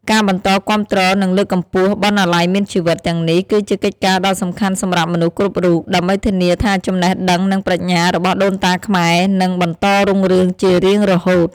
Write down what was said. ការបន្តគាំទ្រ និងលើកកម្ពស់ "បណ្ណាល័យមានជីវិត" ទាំងនេះ គឺជាកិច្ចការដ៏សំខាន់សម្រាប់មនុស្សគ្រប់រូប ដើម្បីធានាថាចំណេះដឹង និងប្រាជ្ញារបស់ដូនតាខ្មែរនឹងបន្តរុងរឿងជារៀងរហូត។